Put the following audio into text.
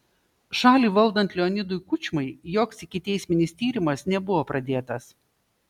šalį valdant leonidui kučmai joks ikiteisminis tyrimas nebuvo pradėtas